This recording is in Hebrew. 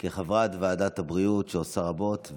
כחברת ועדת הבריאות, שעושה רבות.